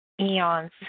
eons